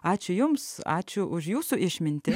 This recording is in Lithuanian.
ačiū jums ačiū už jūsų išmintį